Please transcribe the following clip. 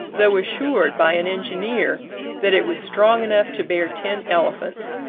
though assured by an engineer that it was strong enough to bear ten elephants.